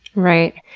right.